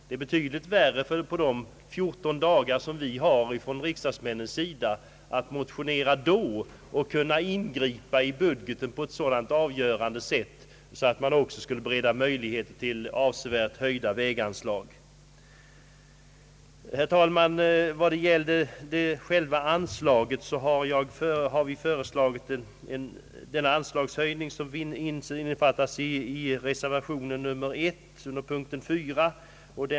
Det är betydligt svårare att på de 14 dagar som vi riksdagsmän har på oss för att motionera kunna ingripa i budgeten på ett så avgörande sätt att därigenom skulle beredas möjligheter till avsevärt höjda väganslag. I fråga om anslagets storlek har vi föreslagit den anslagshöjning som framgår av reservation 1 under punkten 4.